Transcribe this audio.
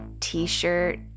t-shirt